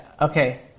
okay